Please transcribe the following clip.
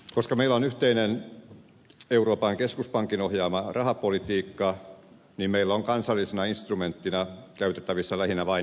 koska meillä on yhteinen euroopan keskuspankin ohjaama rahapolitiikka niin meillä on kansallisena instrumenttina käytettävissä lähinnä vain finanssipolitiikka